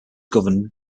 governed